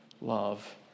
love